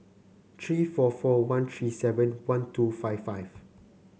three four four one three seven one two five five